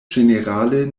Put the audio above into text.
ĝenerale